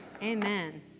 Amen